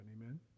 Amen